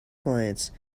clients